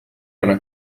una